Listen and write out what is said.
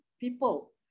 people